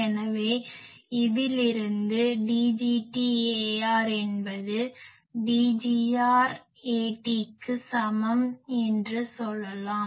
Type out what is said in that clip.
எனவே இதிலிருந்து Dgt Ar என்பது Dgr Atக்கு சமம் என்று சொல்கிறோம்